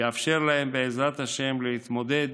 שיאפשר להן, בעזרת השם, להתמודד